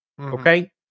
Okay